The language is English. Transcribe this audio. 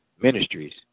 Ministries